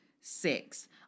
Six